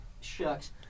shucks